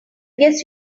guess